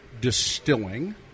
Distilling